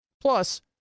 Plus